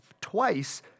twice